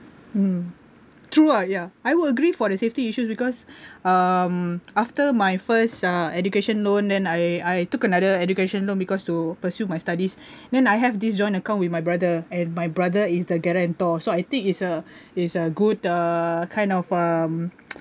mm true ah ya I would agree for the safety issues because um after my first ah education loan then I I took another education loan because to pursue my studies then I have this joint account with my brother and my brother is the guarantor so I think is a is a good uh kind of um